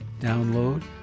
download